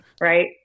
right